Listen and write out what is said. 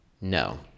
No